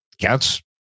Counts